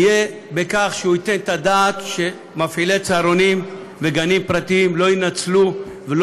הוא ייתן את הדעת על כך שמפעילי צהרונים וגנים פרטיים לא ינצלו את